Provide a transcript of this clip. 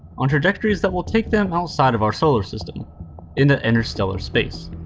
on trajectories that will take them outside of our solar system into interstellar space.